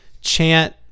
chant